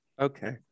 Okay